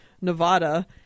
Nevada